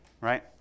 right